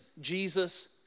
Jesus